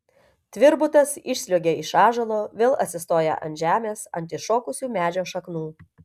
tvirbutas išsliuogia iš ąžuolo vėl atsistoja ant žemės ant iššokusių medžio šaknų